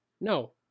No